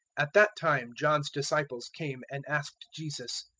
at that time john's disciples came and asked jesus,